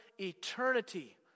eternity